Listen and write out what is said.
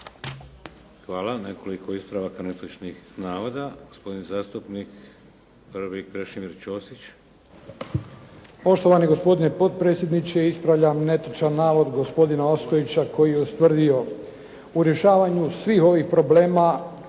Hvala. Nekoliko ispravaka netočnih navoda. Prvi, gospodin zastupnik Krešimir Ćosić. **Ćosić, Krešimir (HDZ)** Poštovani gospodine potpredsjedniče, ispravljam netočan navod gospodina Ostojića koji je ustvrdio: "u rješavanju svih ovih problema